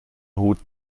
hut